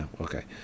Okay